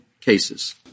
cases